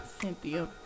Cynthia